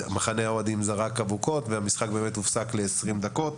זרקו אבוקות והמשחק הופסק ל-20 דקות.